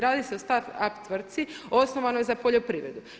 Radi se o start up tvrtci osnovanoj za poljoprivredu.